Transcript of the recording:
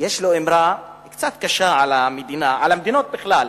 יש לו אמרה קצת קשה על המדינה, על המדינות בכלל.